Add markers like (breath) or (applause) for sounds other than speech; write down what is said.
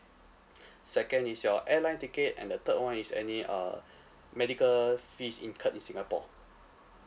(breath) second is your airline ticket and the third one is any uh medical fees incurred in singapore